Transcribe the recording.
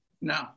No